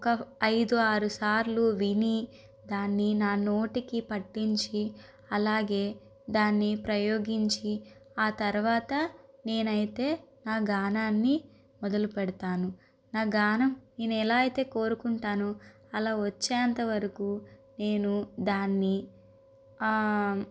ఒక ఐదు ఆరు సార్లు విని దాన్ని నా నోటికి పట్టించి అలాగే దాన్ని ప్రయోగించి ఆ తర్వాత నేను అయితే నా గానాన్ని మొదలుపెడతాను నా గానం నేను ఎలా అయితే కోరుకుంటానో అలా వచ్చేంతవరకు నేను దాన్ని